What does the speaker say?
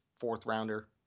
fourth-rounder